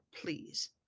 please